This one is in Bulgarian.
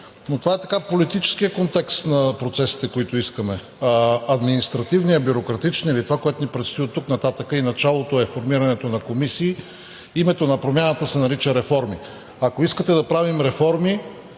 но това е политическият контекст на процесите, които искаме, а административният, бюрократичният или това, което ни предстои оттук нататък и началото, е формирането на комисии. Името на промяната се нарича реформи. Ако искате да правим реформи,